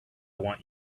want